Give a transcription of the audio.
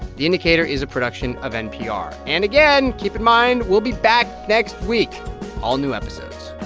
the indicator is a production of npr. and again, keep in mind, we'll be back next week all new episodes